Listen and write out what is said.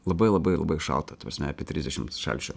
labai labai labai šalta ta prasme apie trisdešim šalčio